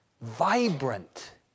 vibrant